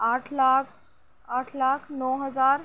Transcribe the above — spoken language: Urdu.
آٹھ لاکھ آٹھ لاکھ نو ہزار